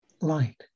light